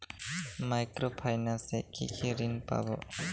Micro finance এ কি কি ঋণ পাবো?